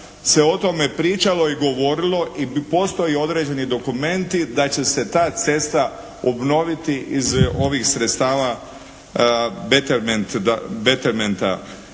se o tome pričalo i govorilo i postoje određeni dokumenti da će se ta cesta obnoviti iz ovih sredstava "Betermenta".